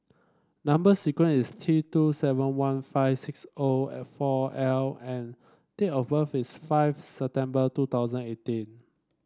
number sequence is T two seven one five six O four L and date of birth is five September two thousand eighteen